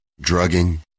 drugging